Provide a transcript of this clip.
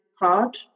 hard